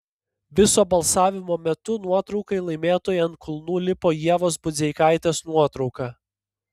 viso balsavimo metu nuotraukai laimėtojai ant kulnų lipo ievos budzeikaitės nuotrauka